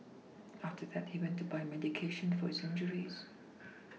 after that he went to buy medication for his injuries